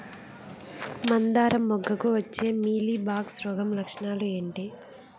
మందారం మొగ్గకు వచ్చే మీలీ బగ్స్ రోగం లక్షణాలు ఏంటి?